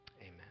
Amen